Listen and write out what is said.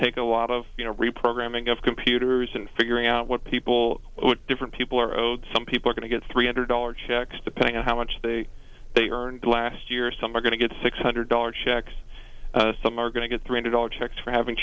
take a lot of you know reprogramming of computers and figuring out what people would different people are owed some people are going to get three hundred dollars checks depending on how much they earn last year some are going to get six hundred dollars checks some are going to get three hundred dollars checks for having